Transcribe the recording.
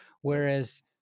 whereas